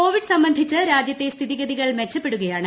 Covid സംബന്ധിച്ച് രാജ്യത്തെ സ്ഥിതിഗതികൾ മെച്ചപ്പെടുകയാണ്